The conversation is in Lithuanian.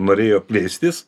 norėjo plėstis